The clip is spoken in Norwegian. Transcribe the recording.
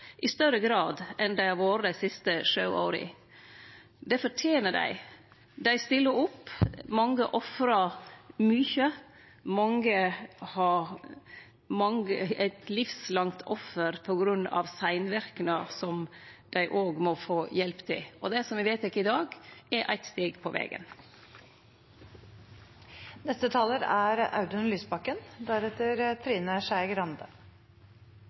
i større grad enn dei har vore dei siste sju åra. Det fortener dei. Dei stiller opp, mange ofrar mykje, og mange har eit livslangt offer på grunn av seinverknader som dei òg må få hjelp til. Det som me vedtek i dag, er eitt steg på vegen. Det finnes vel ingen sak der det er